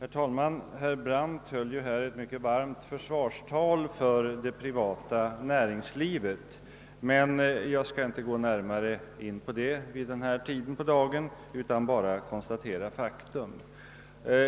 Herr talman! Herr Brandt höll här ett mycket varmt försvarstal för det privata näringslivet, men jag skall inte gå närmare in på det vid denna tid på dygnet, utan jag bara konstaterar faktum.